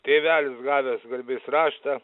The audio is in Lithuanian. tėvelis gavęs garbės raštą